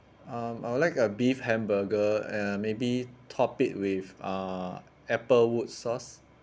um I will like a beef hamburger and maybe top it with uh applewood sauce